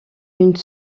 une